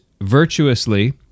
virtuously